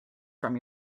from